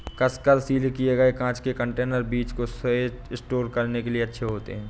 कसकर सील किए गए कांच के कंटेनर बीज को स्टोर करने के लिए अच्छे होते हैं